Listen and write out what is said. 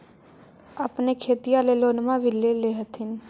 अपने खेतिया ले लोनमा भी ले होत्थिन?